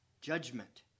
Judgment